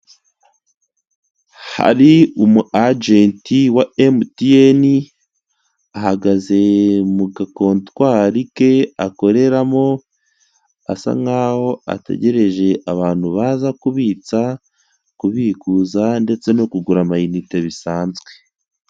Hari umu ajenti wa emutiyeni ahagaze mu ga kotwari ke akoreramo, asa nkaho ategereje abantu baza kubitsa, kubikuza, ndetse no kugura amayinite bisanzwe.